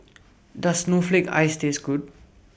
Does Snowflake Ice Taste Good